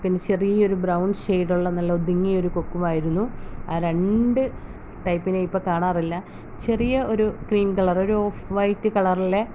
പിന്നെ ചെറിയൊരു ബ്രൌൺ ഷെയിഡുള്ള നല്ല വലിയൊരു കൊക്കുമായിരുന്നു രണ്ട് ടൈപ്പിനെയും ഇപ്പോൾ കാണാറില്ല ചെറിയ ഒരു ക്രീം കളറ് ഒരു ഓഫ് വൈറ്റ് കളറ് വൈറ്റ് കളറുള്ള